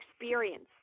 experience